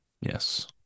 yes